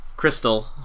Crystal